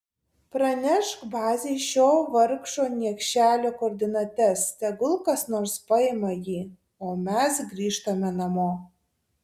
pranešk bazei šio vargšo niekšelio koordinates tegul kas nors paima jį o mes grįžtame namo